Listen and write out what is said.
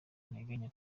nteganya